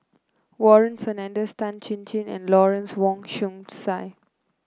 Warren Fernandez Tan Chin Chin and Lawrence Wong Shyun Tsai